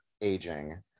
aging